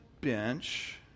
bench